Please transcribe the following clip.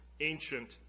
ancient